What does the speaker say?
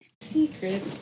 Secret